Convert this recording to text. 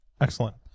excellent